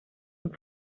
und